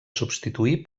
substituí